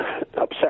upset